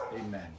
amen